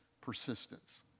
persistence